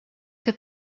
que